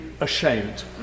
ashamed